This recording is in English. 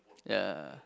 ya